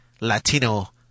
Latino